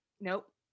Nope